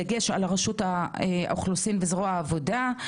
בדגש על רשות האוכלוסין וזרוע העבודה,